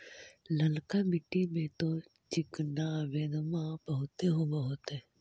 ललका मिट्टी मे तो चिनिआबेदमां बहुते होब होतय?